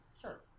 sure